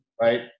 right